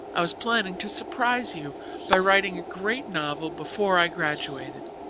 i was planning to surprise you by writing a great novel before i graduated.